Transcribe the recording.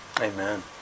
Amen